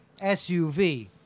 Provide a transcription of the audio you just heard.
SUV